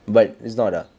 but is not ah